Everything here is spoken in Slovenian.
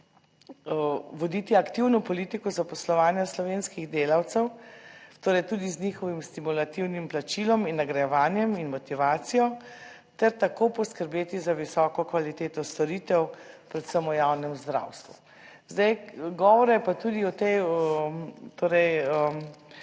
voditi aktivno politiko zaposlovanja slovenskih delavcev, torej tudi z njihovim stimulativnim plačilom in nagrajevanjem in motivacijo ter tako poskrbeti za visoko kvaliteto storitev, predvsem o javnem zdravstvu. Zdaj, govora je pa tudi o tej,